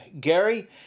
Gary